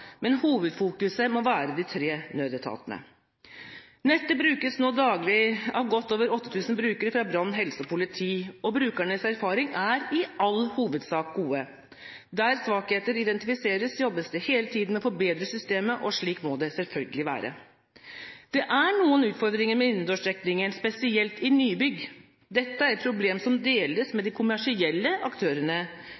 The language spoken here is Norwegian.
men hovedfokuset må være de tre nødetatene. Nettet brukes nå daglig av godt over 8 000 brukere fra brann-, helse- og politietaten, og brukernes erfaringer er i all hovedsak gode. Der svakheter identifiseres, jobbes det hele tiden med å forbedre systemet, og slik må det selvfølgelig være. Det er noen utfordringer med innendørsdekningen, spesielt i nybygg. Dette er et problem som deles med